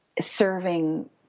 serving